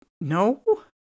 no